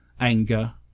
anger